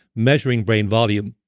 measuring brain volume.